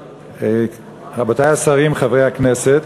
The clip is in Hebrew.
רבותי השרים, חברי הכנסת,